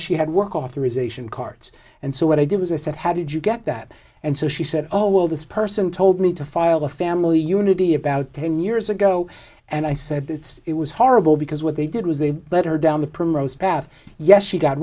she had work authorization cards and so what i did was i said how did you get that and so she said oh well this person told me to file a family unity about ten years ago and i said that it was horrible because what they did was they let her down the primrose path yes she got